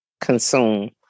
consume